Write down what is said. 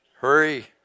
Hurry